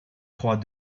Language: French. croix